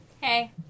Hey